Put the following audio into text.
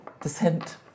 descent